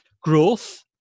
growth